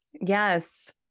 Yes